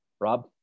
Rob